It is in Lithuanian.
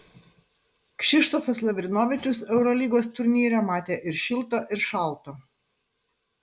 kšištofas lavrinovičius eurolygos turnyre matė ir šilto ir šalto